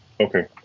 okay